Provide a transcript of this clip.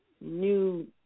new